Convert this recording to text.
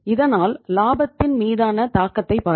இதனால் லாபத்தின் மீதான தாக்கத்தை பாருங்கள்